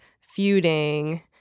feuding